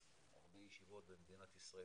הוא החזיק הרבה ישיבות במדינת ישראל,